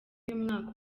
y’umwaka